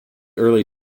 early